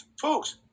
folks